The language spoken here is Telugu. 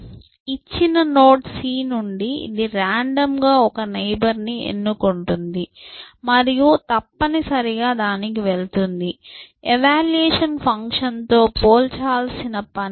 ఇచ్చిన నోడ్ c నుండి ఇది రాండమ్ గా ఒక నైబర్ ని ఎన్నుకుంటుంది మరియు తప్పనిసరిగా దానికి వెళుతుంది ఎవాల్యూయేషన్ ఫంక్షన్ తో పోల్చాల్సిన పని లేదు